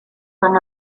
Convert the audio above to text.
from